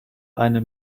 eine